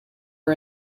are